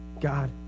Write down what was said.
God